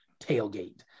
tailgate